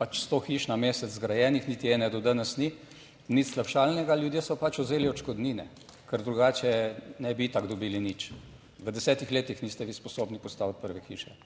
pač sto hiš na mesec zgrajenih, niti ene, do danes ni, nič slabšalnega. Ljudje so pač vzeli odškodnine, ker drugače ne bi itak dobili nič. V desetih letih niste vi sposobni postaviti prve hiše.